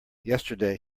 yesterday